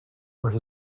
where